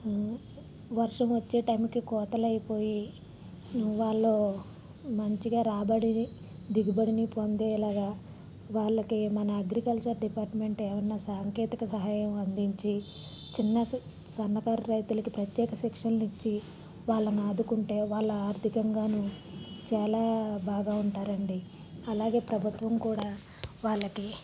వర్షం వచ్చే టైంకి కోతలు అయిపోయి ను వాళ్ళు మంచిగా రాబడిని దిగుబడిని పొందేలాగా వాళ్ళకి మన అగ్రికల్చర్ డిపార్ట్మెంట్ ఏమన్నా సాంకేతిక సహాయం అందించి చిన్న సన్నకారు రైతులకు ప్రత్యేక శిక్షణలు ఇచ్చి వాళ్ళని ఆదుకుంటే వాళ్ళు ఆర్థికంగానూ చాలా బాగా ఉంటారండి అలాగే ప్రభుత్వం కూడా వాళ్ళకి